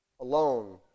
Alone